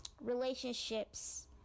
relationships